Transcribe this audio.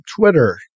Twitter